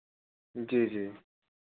जी जी